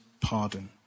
pardon